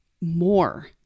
more